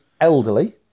elderly